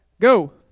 go